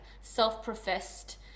self-professed